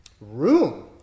room